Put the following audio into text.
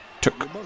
took